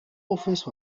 office